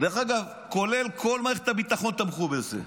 דרך אגב, כל מערכת הביטחון תמכה בזה,